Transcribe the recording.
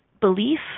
belief